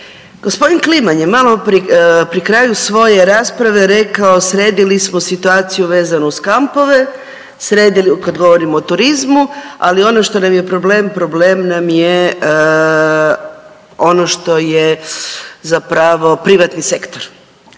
Gospodin Kliman je maloprije pri kraju svoje rasprave rekao sredili smo situaciju vezanu uz kampove kad govorimo o turizmu, ali ono što nam je problem problem nam je ono što je zapravo privatni sektor.